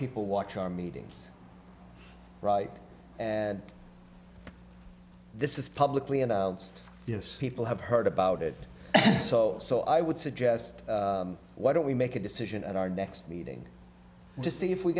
people watch our meetings right and this is publicly announced yes people have heard about it so so i would suggest why don't we make a decision at our next meeting to see if we